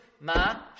Ma